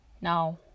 now